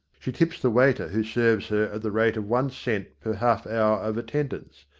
she tips the waiter who serves her at the rate of one cent per half hour of attendance,